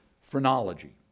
phrenology